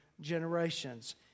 generations